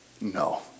no